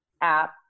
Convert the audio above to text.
app